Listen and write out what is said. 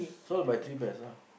so I buy three pairs ah